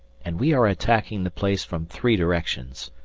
and we are attacking the place from three directions.